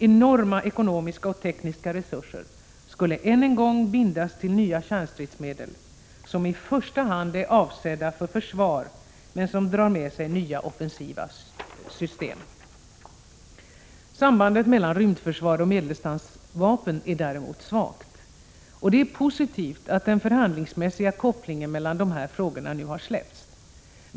Enorma ekonomiska och tekniska resurser skulle än en gång bindas till nya kärnstridsmedel, som i första hand är avsedda för försvar men som drar med sig nya offensiva system.” Sambandet mellan rymdförsvar och medeldistansvapen är däremot svagt. Det är positivt att den förhandlingsmässiga kopplingen mellan dessa frågor nu släppts.